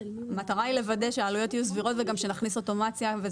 המטרה היא לוודא שהעלויות יהיו סבירות ושגם נכניס אוטומציה.